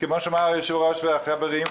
כפי שאמרו היושב-ראש והחברים,